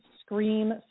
scream